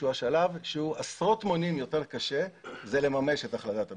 שהוא עשרות מונים יותר קשה זה לממש את החלטת הממשלה.